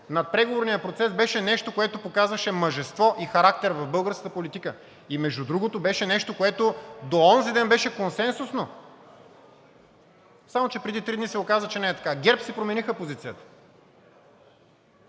на преговорния процес беше нещо, което показваше мъжество и характер в българската политика. И между другото, беше нещо, което до онзиден беше консенсусно, само че преди три дни се оказа, че не е така – ГЕРБ си промениха позицията.